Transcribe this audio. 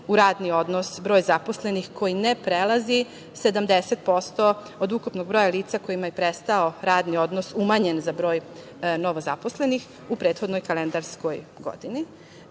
u radni odnos broj zaposlenih koji ne prelazi 70% od ukupnog broja lica kojima je prestao radni odnos, umanjen za broj novozaposlenih u prethodnoj kalendarskoj godini. Želela